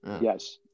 Yes